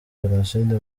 jenoside